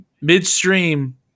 Midstream